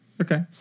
Okay